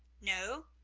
no,